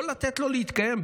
לא לתת לו להתקיים,